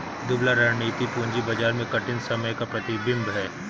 दुबला रणनीति पूंजी बाजार में कठिन समय का प्रतिबिंब है